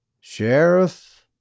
Sheriff